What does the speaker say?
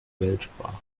weltsprache